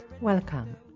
welcome